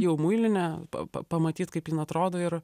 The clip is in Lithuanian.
jau muilinė pa pamatyt kaip jin atrodo ir